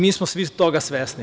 Mi smo svi toga svesni.